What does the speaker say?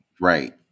Right